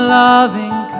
loving